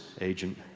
agent